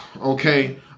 okay